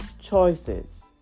choices